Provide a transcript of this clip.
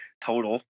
total